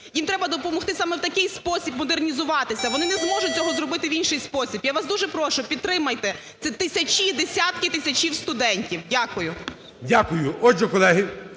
їм треба допомогти саме в такий спосіб модернізуватися, вони не зможуть цього зробити в інший спосіб. Я вас дуже прошу, підтримайте, це тисячі, десятки тисяч студентів. Дякую. ГОЛОВУЮЧИЙ. Дякую. Отже, колеги,